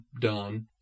done